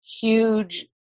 huge